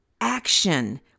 action